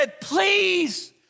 please